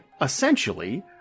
essentially